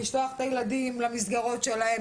לשלוח את הילדים למסגרות שלהם.